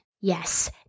Yes